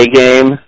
game